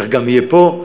כך גם יהיה פה.